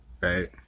right